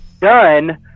done